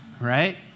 right